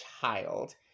child